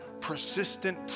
persistent